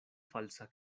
falsa